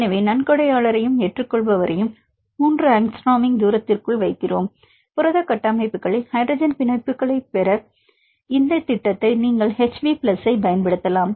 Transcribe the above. எனவே நன்கொடையாளரையும் ஏற்றுக்கொள்பவரையும் 3 ஆங்ஸ்ட்ரோமின் தூரத்திற்குள் வைக்கிறோம் புரத கட்டமைப்புகளில் ஹைட்ரஜன் பிணைப்புகளைப் பெற இந்த திட்டத்தை நீங்கள் HBPLUS ஐப் பயன்படுத்தலாம்